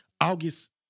August